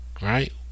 Right